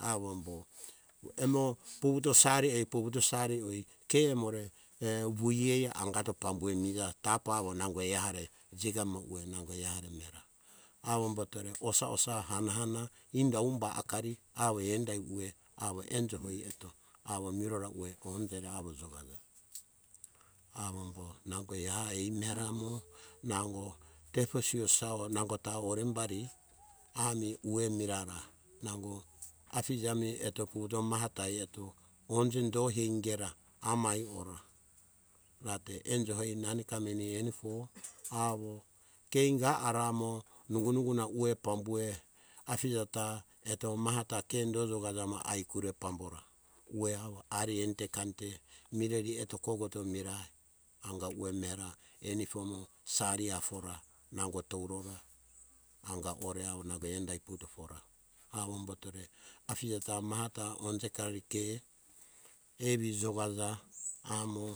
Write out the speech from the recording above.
Avombo emo vuvuto sari oie vuvuto sari oie ke emore vui eh angato pamuea mija awo nango ehare mera avomboto re osa osa inda humba akari awo endai ueh enjo hoi eto awo mirora ueh pure re awo jokaja awombo nango eha eh meramo nango tefo siosau o tefo orembari ami ueh mira ra. Nango afija mi eto vuvuto maha ta ai eto onje do hei ingera amai ora. Rate enjo hoi nane kameni enifo awo ke ingai ara amo ningo ha ueh pambue afija nta maha ta ke do jokaja amo aikure pambora ueh awo ari enite kanite, mireri eto koko eto mirai anga ueh mera enefu mo sari hafura, nango tourora, anga ore awo nago awo nago endai vutofora avombotore afija ta maha taonje karari ke evi jokaja, amo